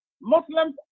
muslims